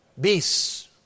Beasts